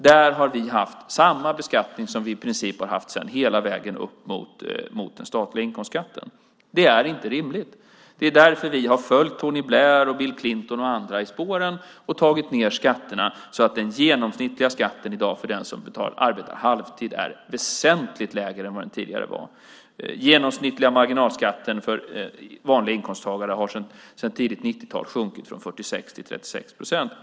Där har vi haft samma beskattning som vi i princip har haft hela vägen upp mot den statliga inkomstskatten. Det är inte rimligt. Det är därför vi har följt Tony Blair, Bill Clinton och andra i spåren och tagit ned skatterna så att den genomsnittliga skatten i dag för den som arbetar halvtid är väsentligt lägre än vad den tidigare var. Den genomsnittliga marginalskatten för vanliga inkomsttagare har sedan tidigt 1990-tal sjunkit från 46 till 36 procent.